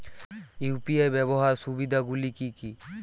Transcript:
UPI ব্যাবহার সুবিধাগুলি কি কি?